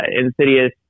insidious